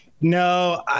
No